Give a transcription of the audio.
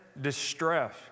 distress